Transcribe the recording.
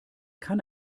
kann